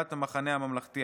מסיעת המחנה הממלכתי,